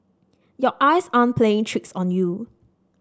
your eyes aren't playing tricks on you